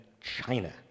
China